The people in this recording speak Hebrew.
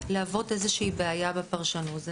להוות איזושהי בעיה בפרשנות.